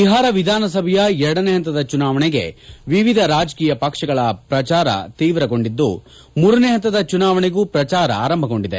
ಬಿಹಾರ ವಿಧಾನಸಭೆಯ ಎರಡನೇ ಹಂತದ ಚುನಾವಣೆಗೆ ವಿವಿಧ ರಾಜಕೀಯ ಪಕ್ಷಗಳ ಪ್ರಚಾರ ಭರಾಟೆ ತೀವ್ರಗೊಂಡಿದ್ಲು ಮೂರನೇ ಹಂತದ ಚುನಾವಣೆಗೂ ಪ್ರಚಾರ ಆರಂಭಗೊಂಡಿದೆ